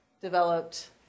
developed